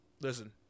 Listen